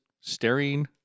staring